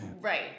Right